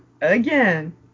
again